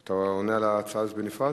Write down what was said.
אתה עונה על ההצעה הזאת בנפרד?